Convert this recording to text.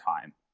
time